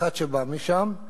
שהוציאו אותך פעמיים תוך שתי דקות?